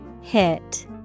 Hit